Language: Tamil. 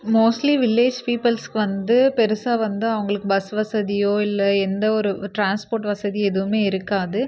மோஸ்ட்லி வில்லேஜ் பீப்பிள்ஸுக்கு வந்து பெருசாக வந்து அவங்களுக்கு பஸ் வசதியோ இல்லை எந்த ஒரு டிரான்ஸ்போர்ட் வசதி எதுவுமே இருக்காது